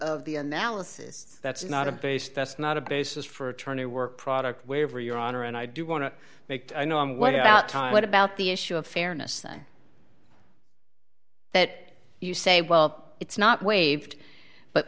of the analysis that's not a base that's not a basis for attorney work product waiver your honor and i do want to make i know what about time what about the issue of fairness thing that you say well it's not waived but